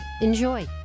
Enjoy